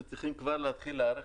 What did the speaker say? התאריך שאתם מציעים כאן ב-183ג(א)